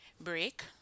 break